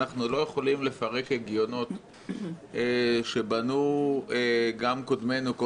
אנחנו לא יכולים לפרק הגיונות שבנו גם קודמינו כל